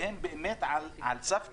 והם על סף קריסה.